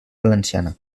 valenciana